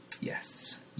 Yes